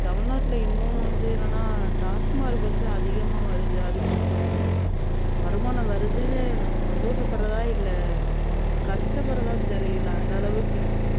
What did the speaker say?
தமிழ்நாட்ல இன்னொன்று வந்து என்னென்னால் டாஸ்மார்க் வந்து அதிகமாக வருது அது கொஞ்சம் வருமானம் வருதுன்னு சந்தோஷப்படுறதா இல்லை கஷ்டப்பட்றதான்னு தெரியல அந்த அளவுக்கு இருக்குது